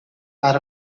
are